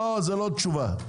זה לא תשובה.